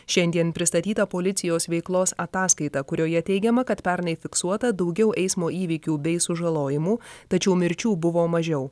šiandien pristatyta policijos veiklos ataskaita kurioje teigiama kad pernai fiksuota daugiau eismo įvykių bei sužalojimų tačiau mirčių buvo mažiau